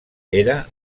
era